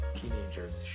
teenagers